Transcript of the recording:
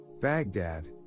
Baghdad